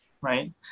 right